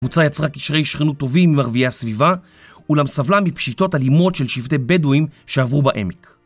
קבוצה יצרה קשרי שכנות טובים מערביי הסביבה, אולם סבלה מפשיטות אלימות של שבטי בדואים שעברו בעמק.